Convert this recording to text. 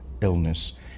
illness